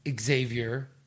Xavier